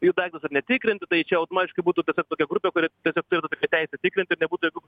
jų daiktus ar netikrint tai čia automatiškai būtų tiesiog tokia grupė kuri tiesiog turi tą tokią teisę tikrint ir nebūtų jokių